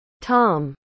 Tom